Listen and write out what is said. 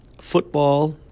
football